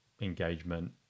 engagement